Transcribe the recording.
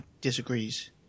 disagrees